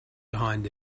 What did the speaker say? behind